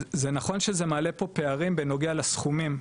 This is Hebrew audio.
זה נכון שזה מעלה פה פערים בנוגע לסכומים,